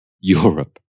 Europe